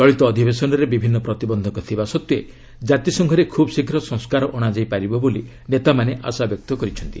ଚଳିତ ଅଧିବେଶନରେ ବିଭିନ୍ନ ପ୍ରତିବନ୍ଧକ ଥିବା ସତ୍ତ୍ୱେ ଜାତିସଂଘରେ ଖ୍ରବ୍ ଶୀଘ୍ର ସଂସ୍କାର ଅଣାଯାଇ ପାରିବ ବୋଲି ନେତାମାନେ ଆଶାବ୍ୟକ୍ତ କରିଛନ୍ତି